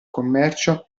commercio